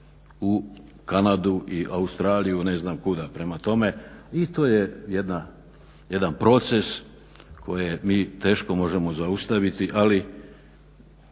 u Kanadu i u Australiju i ne znam kuda. Prema tome i to je jedan proces koji mi teško možemo zaustaviti ali